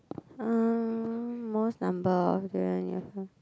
uh most number of durians you have ever